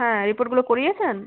হ্যাঁ রিপোর্টগুলো করিয়েছেন